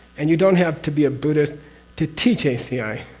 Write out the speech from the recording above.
and you don't have to be a buddhist to teach aci,